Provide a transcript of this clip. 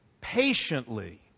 patiently